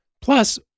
Plus